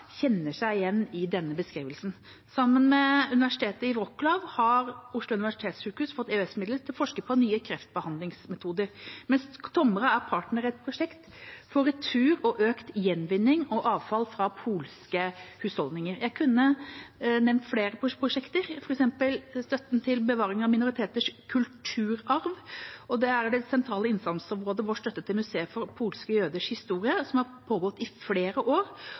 kjenner seg igjen i denne beskrivelsen. Sammen med universitetet Wrocklav har Oslo universitetssykehus fått EØS-midler til å forske på nye kreftbehandlingsmetoder, mens Tomra er partner i et prosjekt for retur og økt gjenvinning av avfall fra polske husholdninger. Jeg kunne nevnt flere prosjekter, f.eks. støtten til bevaring av minoriteters kulturarv, og det sentrale innsatsområdet med vår støtte til museet for polske jøders historie, som har pågått i flere år.